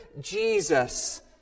Jesus